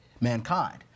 mankind